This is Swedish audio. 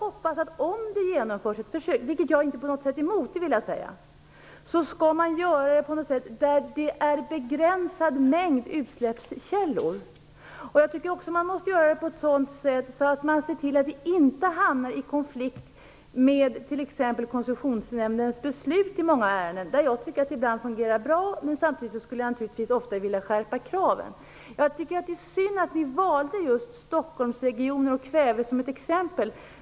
Om det genomförs ett försök, vilket jag inte på något sätt är emot - det vill jag säga - hoppas jag att man gör det där det är en begränsad mängd utsläppskällor. Jag tycker också att man måste göra det på ett sådant sätt att man ser till att det inte kommer i konflikt med t.ex. Koncessionsnämndens beslut i många ärenden. Där tycker jag att det ibland fungerar bra, men samtidigt skulle jag naturligtvis ofta vilja skärpa kraven. Jag tycker att det är synd att ni har valt just Stockholmsregionen och kväve som ett exempel.